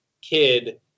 kid